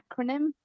acronym